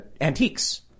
antiques